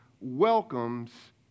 welcomes